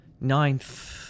Ninth